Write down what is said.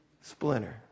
splinter